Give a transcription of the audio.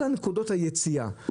כל נקודות היציאה,